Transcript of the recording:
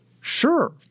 Sure